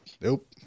nope